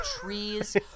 trees